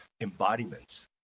embodiments